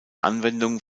anwendung